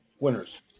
Winners